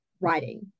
writing